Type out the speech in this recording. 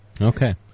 Okay